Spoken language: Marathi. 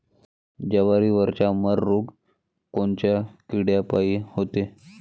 जवारीवरचा मर रोग कोनच्या किड्यापायी होते?